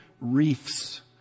reefs